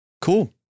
cool